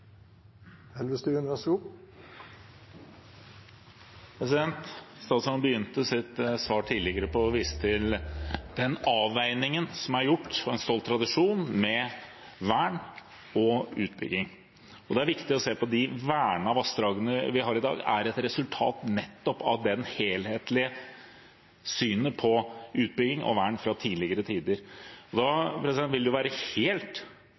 en stolt tradisjon med vern og utbygging. Det er viktig å se at de vernede vassdragene vi har i dag, er et resultat av nettopp det helhetlige synet på utbygging og vern fra tidligere tider. Da vil det være helt